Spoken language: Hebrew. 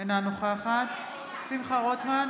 אינה נוכחת שמחה רוטמן,